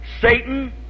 Satan